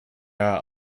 are